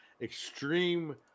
extreme